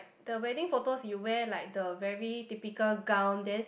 the wedding photos you wear like the very typical gown then